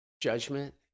Judgment